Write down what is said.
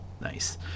Nice